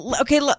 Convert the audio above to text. Okay